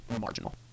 marginal